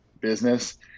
business